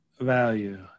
value